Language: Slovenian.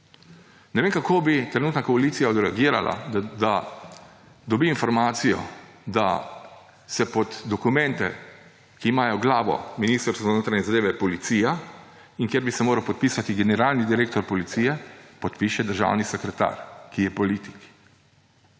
Ne vem, kako bi trenutna koalicija odreagirala, da dobi informacijo, da se pod dokumente, ki imajo glavo Ministrstvo za notranje zadeve, Policija, in kjer bi se moral podpisati generalni direktor policije, podpiše državni sekretar, ki je politik.